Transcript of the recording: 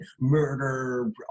murder